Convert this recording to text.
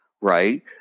right